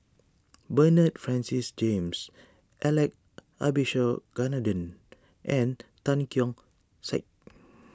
Bernard Francis James Alex Abisheganaden and Tan Keong Saik